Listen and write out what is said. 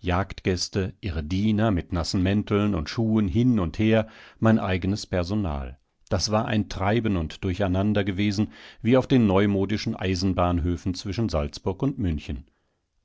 jagdgäste ihre diener mit nassen mänteln und schuhen hin und her mein eigenes personal das war ein treiben und durcheinander gewesen wie auf den neumodischen eisenbahnhöfen zwischen salzburg und münchen